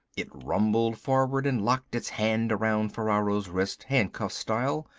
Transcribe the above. it rumbled forward and locked its hand around ferraro's wrist, handcuff style.